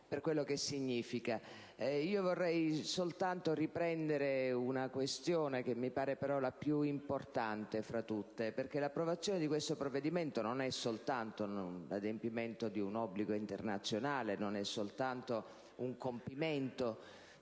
per quello che significa. Vorrei riprendere soltanto una questione, che mi sembra la più importante fra tutte. L'approvazione di questo provvedimento non è soltanto l'adempimento di un obbligo internazionale e non è soltanto il compimento